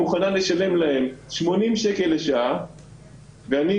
ממשלת ישראל מוכנה לשלם להם 80 שקלים לשעה ואני